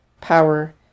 power